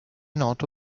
noto